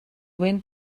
wind